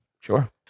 Sure